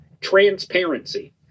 transparency